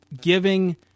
giving